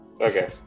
Okay